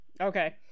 Okay